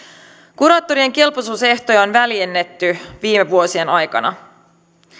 kuraattorien kelpoisuusehtoja on väljennetty viime vuosien aikana